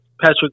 Patrick